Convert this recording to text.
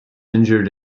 injured